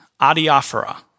adiaphora